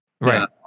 Right